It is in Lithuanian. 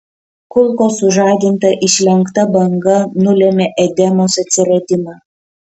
kulkos sužadinta išlenkta banga nulėmė edemos atsiradimą